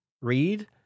read